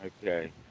Okay